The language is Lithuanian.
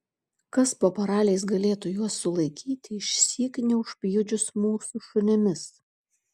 kas po paraliais galėtų juos sulaikyti išsyk neužpjudžius mūsų šunimis